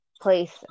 place